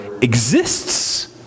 exists